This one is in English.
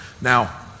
Now